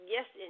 Yes